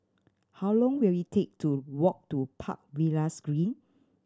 how long will it take to walk to Park Villas Green